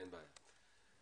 אין בעיה.